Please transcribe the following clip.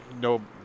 no